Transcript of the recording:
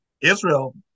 Israel